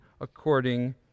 according